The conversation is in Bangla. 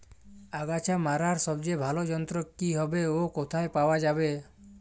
আগাছা মারার সবচেয়ে ভালো যন্ত্র কি হবে ও কোথায় পাওয়া যাবে?